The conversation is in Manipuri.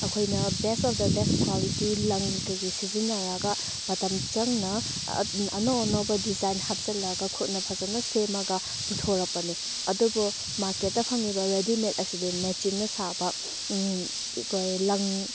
ꯑꯩꯈꯣꯏꯅ best of the best quality ꯂꯪ ꯀꯩꯀꯩ ꯁꯤꯖꯤꯟꯅꯔꯒ ꯃꯇꯝ ꯆꯪꯅ ꯑꯅꯧ ꯑꯅꯧꯕ ꯗꯤꯖꯥꯏꯟ ꯍꯥꯞꯆꯤꯜꯂꯒ ꯈꯨꯠꯅ ꯐꯖꯅ ꯁꯦꯝꯃꯒ ꯄꯨꯊꯣꯔꯛꯄꯅꯤ ꯑꯗꯨꯕꯨ ꯃꯥꯔꯀꯦꯠꯇ ꯐꯪꯉꯤꯕ ꯔꯦꯗꯤ ꯃꯦꯗ ꯑꯁꯤꯗꯤ ꯃꯦꯆꯤꯟꯅ ꯁꯥꯕ ꯂꯪ